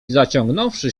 zaciągnąwszy